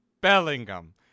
Bellingham